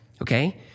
okay